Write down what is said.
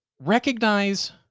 recognize